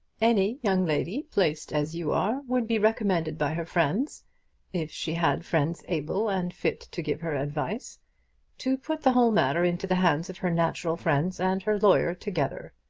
any young lady placed as you are would be recommended by her friends if she had friends able and fit to give her advice to put the whole matter into the hands of her natural friends and her lawyer together.